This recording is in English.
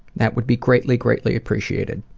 that would be greatly, greatly appreciated.